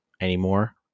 anymore